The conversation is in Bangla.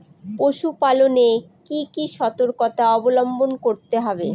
পশুপালন এ কি কি সর্তকতা অবলম্বন করতে হবে?